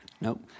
Nope